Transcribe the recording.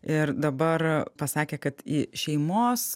ir dabar pasakė kad į šeimos